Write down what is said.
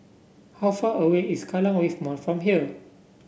how far away is Kallang Wave Mall from here